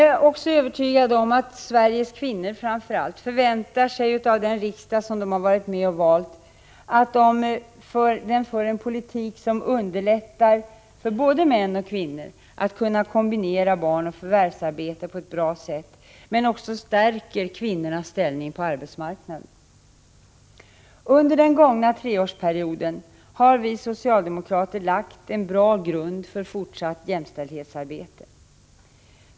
Jag är vidare övertygad om att Sveriges kvinnor förväntar sig av den riksdag de varit med om att välja att den skall föra en politik som underlättar för både män och kvinnor att kombinera vården av barn och förvärvsarbete på ett bra sätt och som också stärker kvinnornas ställning på arbetsmarknaden. Under den gångna treårsperioden har vi socialdemokrater lagt en bra grund för fortsatt jämställdhetsarbete.